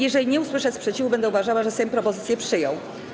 Jeżeli nie usłyszę sprzeciwu, będę uważała, że Sejm propozycję przyjął.